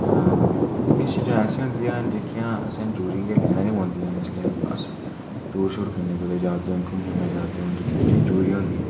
किश चीज़ां ऐसियां होन्दियां जेह्कियां असें जरूरी ऐ लैना गै पौंदियां जिसलै अस टूर शुर करने ई कूदै जा दे होन घूमने शूमने ई जा दे होन जेह्कियां चीज़ां जरूरी होन्दियां